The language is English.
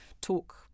talk